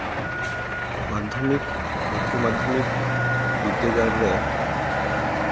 ᱢᱟᱫᱽᱫᱷᱚᱢᱤᱠ ᱩᱪᱪᱚ ᱢᱟᱫᱽᱫᱷᱚᱢᱤᱠ ᱵᱤᱫᱽᱫᱟᱹᱜᱟᱲ ᱨᱮ